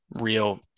real